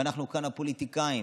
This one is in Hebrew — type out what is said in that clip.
אנחנו כאן, הפוליטיקאים,